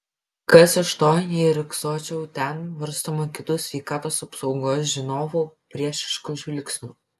kas iš to jei riogsočiau ten varstoma kitų sveikatos apsaugos žinovų priešiškų žvilgsnių